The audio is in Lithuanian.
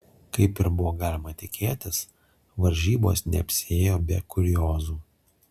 kaip ir buvo galima tikėtis varžybos neapsiėjo be kuriozų